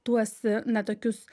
tuos na tokius